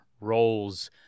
roles